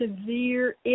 severe